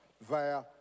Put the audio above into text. via